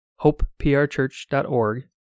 hopeprchurch.org